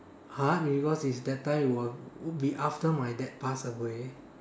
!huh! because is that time it was would be after my dad pass away